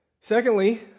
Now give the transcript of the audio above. Secondly